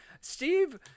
Steve